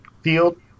field